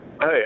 Hey